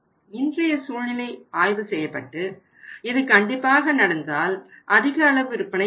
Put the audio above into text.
இன்றைய சூழ்நிலை ஆய்வு செய்யப்பட்டு இது கண்டிப்பாக நடந்தால் அதிக அளவு விற்பனை இருக்கும்